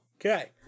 Okay